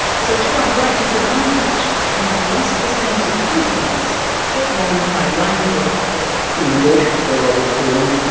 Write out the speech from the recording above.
so to our great disadvantage, we have lost the sense of frugalness that ron and fay lane grew up with. in the bush, where i was born,